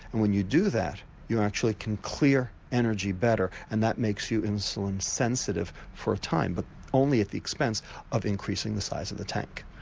and when you do that you actually can clear energy better and that makes you insulin-sensitive for a time. but only at the expense of increasing the size of the tank.